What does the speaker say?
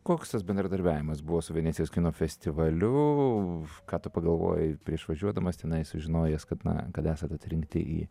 koks tas bendradarbiavimas buvo su venecijos kino festivaliu ką tu pagalvojai prieš važiuodamas tenai sužinojęs kad na kad esat atrinkti į